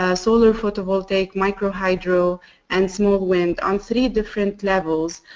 ah solar photovoltaic, micro hydro and small wind on three different levels,